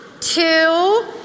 two